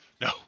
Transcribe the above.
No